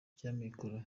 by’amikoro